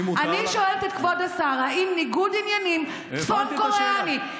אני שואלת את כבוד השר אם ניגוד עניינים צפון קוריאני,